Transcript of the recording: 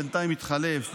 שבינתיים התחלף,